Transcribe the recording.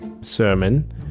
sermon